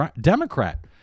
Democrat